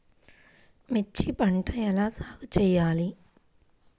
మిర్చి పంట ఎలా సాగు చేయాలి?